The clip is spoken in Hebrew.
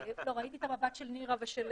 לא, ראיתי את המבט של נירה ושל